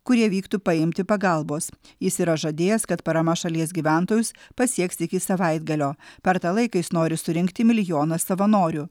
kurie vyktų paimti pagalbos jis yra žadėjęs kad parama šalies gyventojus pasieks iki savaitgalio per tą laiką jis nori surinkti milijoną savanorių